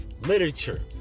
literature